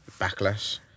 backlash